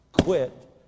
quit